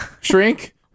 Shrink